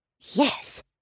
yes